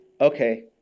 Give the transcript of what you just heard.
Okay